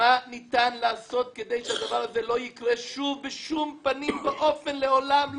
מה ניתן לעשות כדי שהדבר הזה לא יקרה שוב בשום פנים ואופן לעולם,